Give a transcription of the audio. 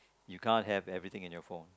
you can't have everything in your phone